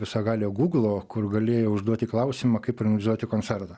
visagalio gūglo kur galėjai užduoti klausimą kaip organizuoti koncertą